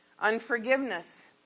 unforgiveness